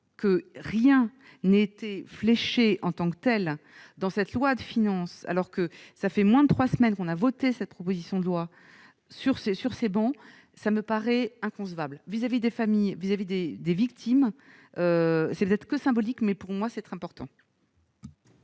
que rien n'était fléchée en tant que telle dans cette loi de finances, alors que ça fait moins de 3 semaines qu'on a voté cette proposition de loi sur ces, sur ces bons, ça me paraît inconcevable vis-à-vis des familles vis-à-vis des des victimes si vous peut-être que symbolique, mais pour moi c'est très important.